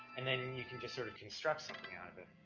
and then you can just sort of construct something out of it.